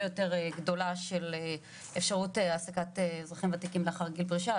יותר גדולה של אפשרות העסקה של אזרחים וותיקים לאחר גיל הפרישה,